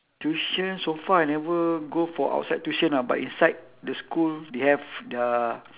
tuition so far I never go for outside tuition ah but inside the school they have the